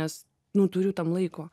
nes nu turiu tam laiko